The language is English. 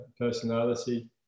personality